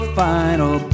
final